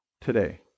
today